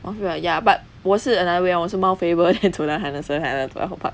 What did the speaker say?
mount faber ya but 我是 another way round 我是 mount faber then 走到 henderson then 然后走到 hortpark